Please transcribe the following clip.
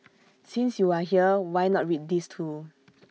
since you are here why not read these too